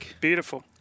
Beautiful